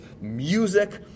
music